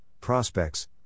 prospects